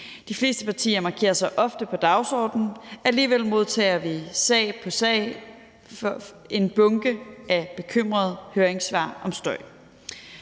De fleste partier markerer sig ofte på dagsordenen, men alligevel modtager vi i sag på sag en bunke bekymrede høringssvar om støj.